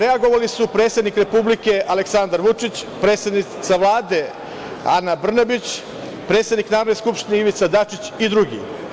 Reagovali su predsednik Republike Aleksandar Vučić, predsednica Vlade Ana Brnabić, predsednik Narodne Skupštine Ivica Dačić i drugi.